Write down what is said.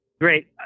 great